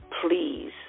Please